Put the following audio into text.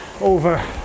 over